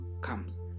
comes